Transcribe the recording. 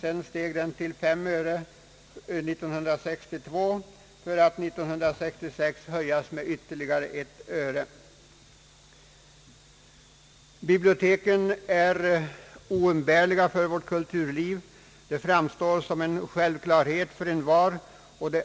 Den steg till 5 öre år 1962 för att år 1966 höjas med ytterligare 1 öre. Biblioteken är oumbärliga för vårt kulturliv — det framstår som en självklarhet för envar. Det